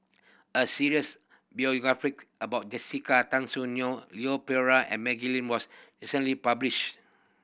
a series about Jessica Tan Soon Neo Leon Perera and Maggie Lim was recently published